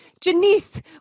Janice